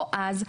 או אז,